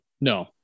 no